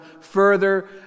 further